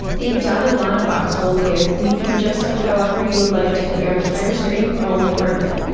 a dotted line box will appear and you can adjust that however you would like to fit your entire screen or only part of it.